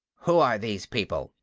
who are these people?